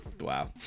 Wow